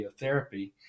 radiotherapy